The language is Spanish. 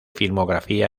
filmografía